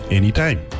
anytime